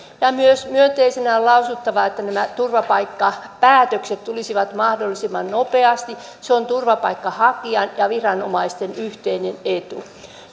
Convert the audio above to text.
tärkeätä myös myönteisenä on lausuttava että nämä turvapaikkapäätökset tulisivat mahdollisimman nopeasti se on turvapaikanhakijan ja viranomaisten yhteinen etu